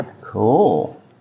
Cool